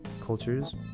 cultures